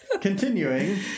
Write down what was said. continuing